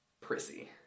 prissy